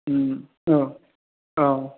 औ औ